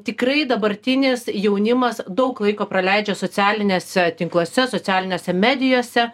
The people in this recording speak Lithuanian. tikrai dabartinis jaunimas daug laiko praleidžia socialiniuose tinkluose socialinėse medijose